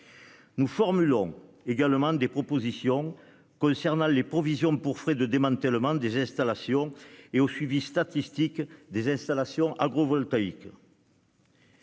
Nous formulons également des propositions concernant les provisions pour frais de démantèlement des installations et le suivi statistique des implantations agrivoltaïques.